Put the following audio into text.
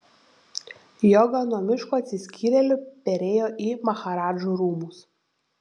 joga nuo miško atsiskyrėlių perėjo į maharadžų rūmus